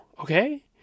okay